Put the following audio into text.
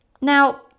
Now